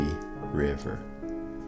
river